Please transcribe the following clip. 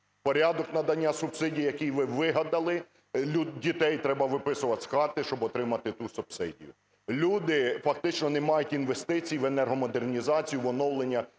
Порядок надання субсидій, які ви вигадали, дітей треба виписувати з хати, щоб отримати ту субсидію. Люди фактично не мають інвестицій в енергомодернізацію, в оновлення